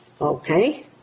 Okay